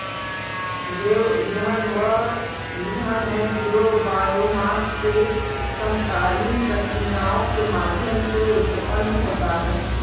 जैव ईंधन वह ईंधन है जो बायोमास से समकालीन प्रक्रियाओं के माध्यम से उत्पन्न होता है